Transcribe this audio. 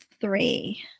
three